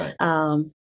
Right